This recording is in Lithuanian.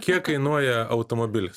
kiek kainuoja automobilis